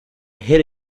hit